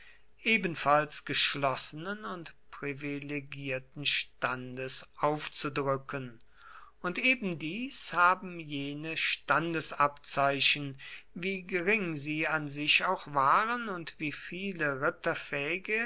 ebenfalls geschlossenen und privilegierten standes aufzudrücken und ebendies haben jene standesabzeichen wie gering sie an sich auch waren und wie viele